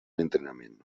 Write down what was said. entrenament